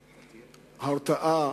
הן הרתעה